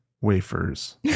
wafers